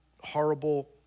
horrible